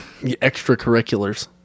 Extracurriculars